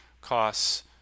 costs